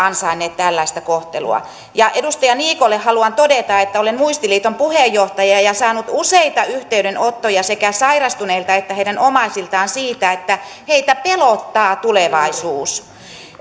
ansainneet tällaista kohtelua ja edustaja niikolle haluan todeta että olen muistiliiton puheenjohtaja ja ja saanut useita yhteydenottoja sekä sairastuneilta että heidän omaisiltaan siitä että heitä pelottaa tulevaisuus